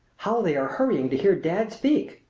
how they are hurrying to hear dad speak!